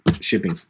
shipping